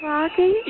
Rocky